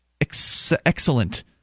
excellent